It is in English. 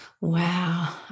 Wow